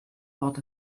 bought